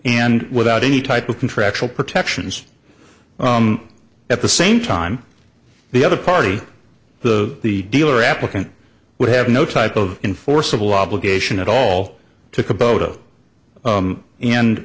and without any type of contractual protections from at the same time the other party the the dealer applicant would have no type of enforceable obligation at all took a boat